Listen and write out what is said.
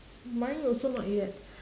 mine also not yet